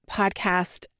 podcast